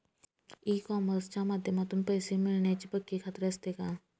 E कॉमर्सच्या माध्यमातून पैसे मिळण्याची पक्की खात्री असते का?